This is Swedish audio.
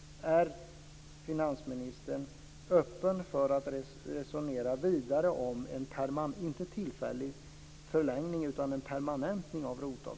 Är finansministern öppen för att resonera vidare, inte om en tillfällig förlängning utan om en permanentning av